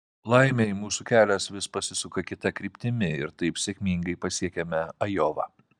laimei mūsų kelias vis pasisuka kita kryptimi ir taip sėkmingai pasiekiame ajovą